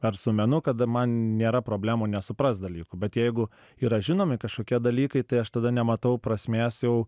ar su menu kada man nėra problemų nesuprast dalykų bet jeigu yra žinomi kažkokie dalykai tai aš tada nematau prasmės jau